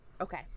Okay